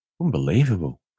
Unbelievable